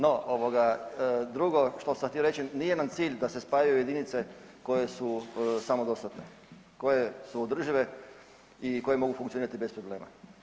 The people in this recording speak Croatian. No ovog, drugo što sam htio reći nije nam cilj da se spajaju jedince koje su samodostatne, koje su samoodržive i koje mogu funkcionirati bez problema.